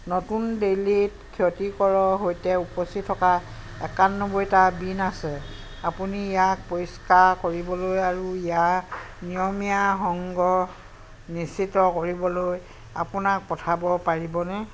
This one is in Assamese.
নতুন দিল্লীত ক্ষতিকৰৰ সৈতে উপচি থকা একানব্বৈটা বিন আছে আপুনি ইয়াক পৰিষ্কাৰ কৰিবলৈ আৰু ইয়াৰ নিয়মীয়া সংগ্ৰহ নিশ্চিত কৰিবলৈ আপোনাক পঠাব পাৰিবনে